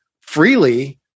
freely